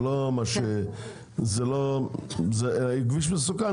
זה כביש מסוכן,